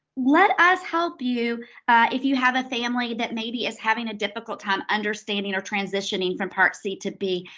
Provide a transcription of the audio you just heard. let us help you if you have a family that maybe is having a difficult time understanding or transitioning from part c to b.